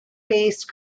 based